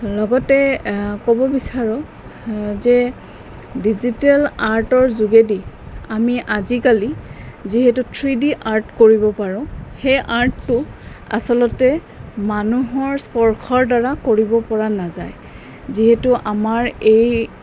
লগতে ক'ব বিচাৰোঁ যে ডিজিটেল আৰ্টৰ যোগেদি আমি আজিকালি যিহেতু থ্ৰী ডি আৰ্ট কৰিব পাৰোঁ সেই আৰ্টটো আচলতে মানুহৰ স্পৰ্শৰ দ্বাৰা কৰিব পৰা নাযায় যিহেতু আমাৰ এই